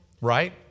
right